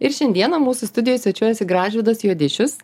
ir šiandieną mūsų studijoj svečiuojasi gražvydas juodišius